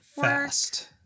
fast